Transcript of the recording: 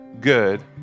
good